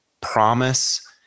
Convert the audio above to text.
promise